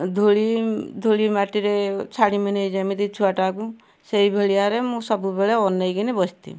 ଧୂଳି ଧୂଳି ମାଟିରେ ଛାଡ଼ିମିନି ଯେମିତି ଛୁଆଟାକୁ ସେଇ ଭଳିଆରେ ମୁଁ ସବୁବେଳେ ଅନେଇକିନି ବସଥିମି